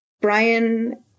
Brian